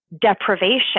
deprivation